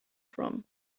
from